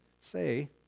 say